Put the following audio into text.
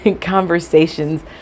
conversations